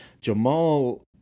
Jamal